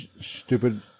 stupid